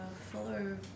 follow